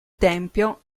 tempio